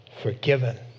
forgiven